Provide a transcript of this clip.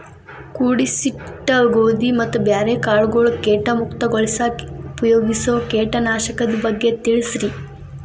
ಕೂಡಿಸಿಟ್ಟ ಗೋಧಿ ಮತ್ತ ಬ್ಯಾರೆ ಕಾಳಗೊಳ್ ಕೇಟ ಮುಕ್ತಗೋಳಿಸಾಕ್ ಉಪಯೋಗಿಸೋ ಕೇಟನಾಶಕದ ಬಗ್ಗೆ ತಿಳಸ್ರಿ